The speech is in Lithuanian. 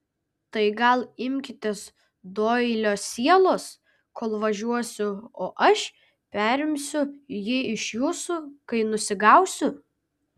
tai gal imkitės doilio sielos kol važiuosiu o aš perimsiu jį iš jūsų kai nusigausiu